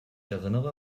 erinnere